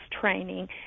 training